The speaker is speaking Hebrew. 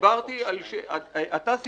אחר כך אורנה אורן.